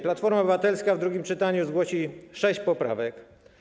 Platforma Obywatelska w drugim czytaniu zgłosi sześć poprawek.